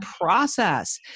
process